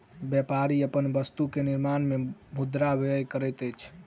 व्यापारी अपन वस्तु के निर्माण में मुद्रा व्यय करैत अछि